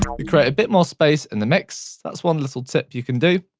we create a bit more space in the mix. that's one little tip you can do.